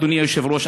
אדוני היושב-ראש,